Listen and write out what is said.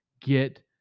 Get